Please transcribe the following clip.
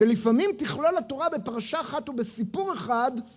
ולפעמים תכלול התורה בפרשה אחת ובסיפור אחד...